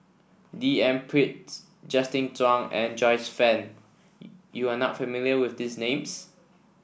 D N Justin Zhuang and Joyce Fan you are not familiar with these names